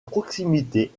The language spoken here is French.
proximité